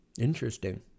Interesting